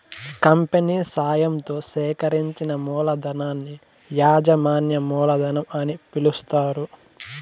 company సాయంతో సేకరించిన మూలధనాన్ని యాజమాన్య మూలధనం అని పిలుస్తారు